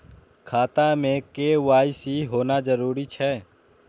खाता में के.वाई.सी होना जरूरी छै?